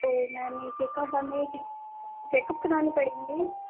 تو میں نے بنائی تھی چیکپ کرانے پڑیں گے میم